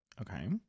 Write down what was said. Okay